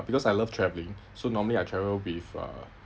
because I love travelling so normally I travel with uh